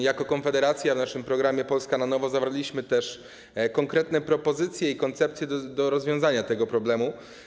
Jako Konfederacja w naszym programie „Polska na nowo” zawarliśmy konkretne propozycje i koncepcje rozwiązania tego problemu.